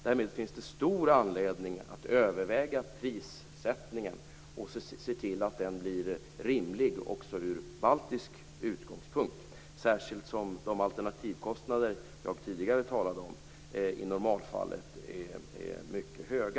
Därmed finns det stor anledning att överväga prissättningen och se till att den blir rimlig också ur baltisk utgångspunkt, särskilt som de alternativkostnader jag tidigare talade om i normalfallet är mycket höga.